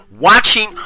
watching